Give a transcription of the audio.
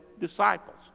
disciples